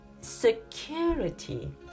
Security